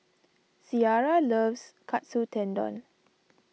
Ciara loves Katsu Tendon